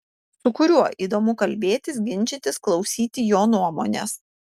su kuriuo įdomu kalbėtis ginčytis klausyti jo nuomonės